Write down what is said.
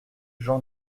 gens